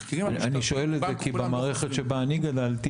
אני שואל את זה כי במערכת שבה אני גדלתי